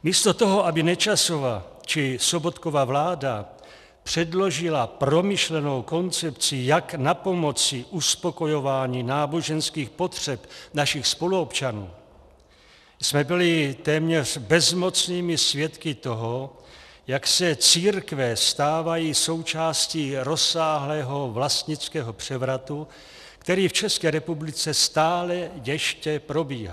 Místo toho, aby Nečasova či Sobotkova vláda předložila promyšlenou koncepci, jak napomoci uspokojování náboženských potřeb našich spoluobčanů, jsme byli téměř bezmocnými svědky toho, jak se církve stávají součástí rozsáhlého vlastnického převratu, který v České republice stále ještě probíhá.